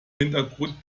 hintergrund